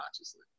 consciously